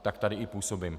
Tak tady i působím.